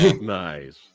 Nice